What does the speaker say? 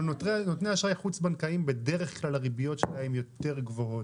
אבל נותני אשראי חוץ בנקאיים בדרך כלל הריביות שלהם יותר גבוהות.